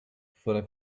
for